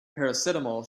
paracetamol